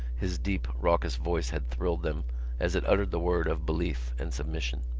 his deep, raucous voice had thrilled them as it uttered the word of belief and submission.